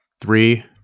Three